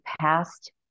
past